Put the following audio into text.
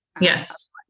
Yes